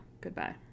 goodbye